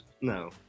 no